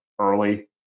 early